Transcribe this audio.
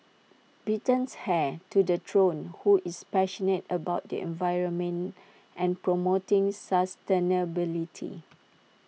Britain's heir to the throne who is passionate about the environment and promoting sustainability